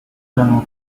данному